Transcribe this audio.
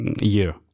year